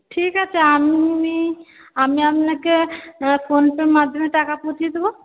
ঠিক আছে আমি আমি আপনাকে ফোন পের মাধ্যমে টাকা পৌঁছিয়ে দেব